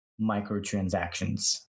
microtransactions